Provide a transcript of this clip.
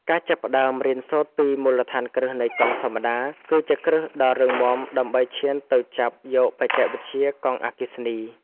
ការចាប់ផ្តើមរៀនសូត្រពីមូលដ្ឋានគ្រឹះនៃកង់ធម្មតា គឺជាគ្រឹះដ៏រឹងមាំដើម្បីឈានទៅចាប់យកបច្ចេកវិទ្យាកង់អគ្គិសនី។